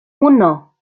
uno